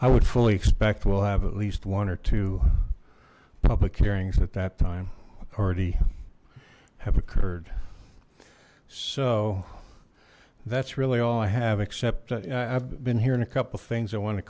i would fully expect we'll have at least one or two public hearings at that time already have occurred so that's really all i have except i've been hearing a couple things i want to